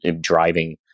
driving